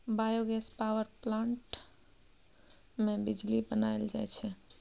biogas power plant मे बिजली बनाएल जाई छै